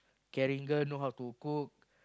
caring girl know how to cook